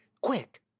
quick